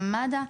גם מד"א,